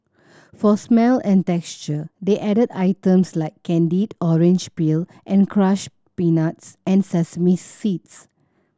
for smell and texture they added items like candied orange peel and crushed peanuts and sesame seeds